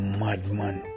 madman